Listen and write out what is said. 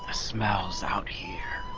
ah smells out here.